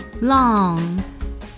long